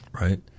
right